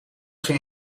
ging